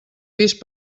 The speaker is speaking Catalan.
vist